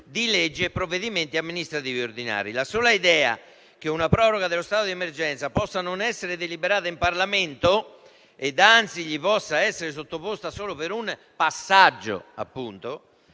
di leggi e provvedimenti amministrativi ordinari». «La sola idea che una proroga dello stato di emergenza possa non essere deliberata dal Parlamento, e anzi gli possa essere sottoposta solo per un "passaggio"